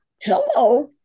Hello